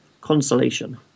consolation